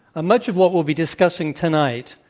much of what we'll be discussing tonight,